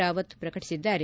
ರಾವತ್ ಪ್ರಕಟಿಸಿದ್ದಾರೆ